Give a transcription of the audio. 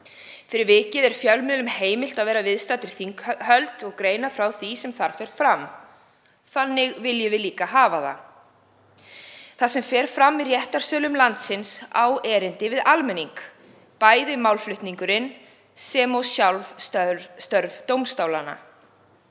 Fyrir vikið er fjölmiðlum heimilt að vera viðstaddir þinghöld og greina frá því sem þar fer fram. Þannig viljum við líka hafa það. Það sem fer fram í réttarsölum landsins á erindi við almenning, bæði málflutningurinn sem og sjálf störf dómstólanna.